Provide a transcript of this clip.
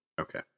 Okay